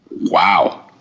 Wow